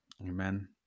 amen